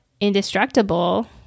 indestructible